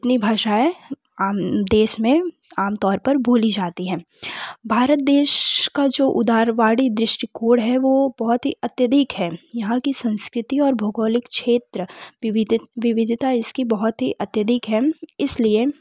इतनी भाषाएँ आम देश में आमतौर पर बोली जाती हैं भारत देश का जो उदारवादी दृष्टिकोण है वह बहुत ही अत्याधिक है यहाँ की संस्कृति और भौगोलिक क्षेत्र विविध विविधता इसकी बहुत ही अत्याधिक है इस लिए